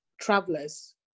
travelers